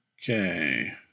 Okay